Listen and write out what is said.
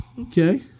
Okay